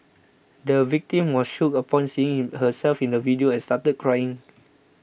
the victim was shocked upon seeing herself in the video and started crying